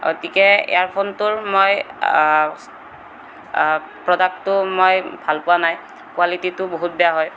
গতিকে এয়াৰফোনটোৰ মই প্ৰডাক্টো মই ভালপোৱা নাই কোৱালিটীটো বহুত বেয়া হয়